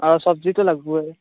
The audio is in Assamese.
অ চব্জিটো লাগিবয়েই